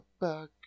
back